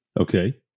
Okay